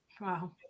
wow